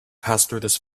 passed